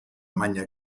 magna